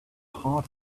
heart